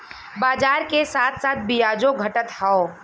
बाजार के साथ साथ बियाजो घटत हौ